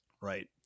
Right